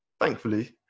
Thankfully